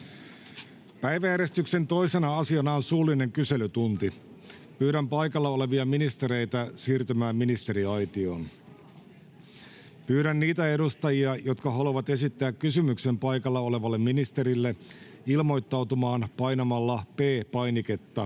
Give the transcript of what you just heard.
Päiväjärjestyksen 2. asiana on suullinen kyselytunti. Pyydän paikalla olevia ministereitä siirtymään ministeriaitioon. Pyydän niitä edustajia, jotka haluavat esittää kysymyksen paikalla olevalle ministerille, ilmoittautumaan painamalla P-painiketta